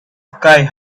sky